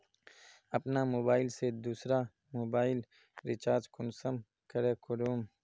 अपना मोबाईल से दुसरा मोबाईल रिचार्ज कुंसम करे करूम?